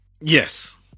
Yes